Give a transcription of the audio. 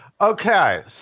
Okay